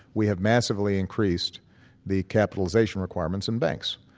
we have massively increased the capitalization requirements in banks,